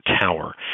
Tower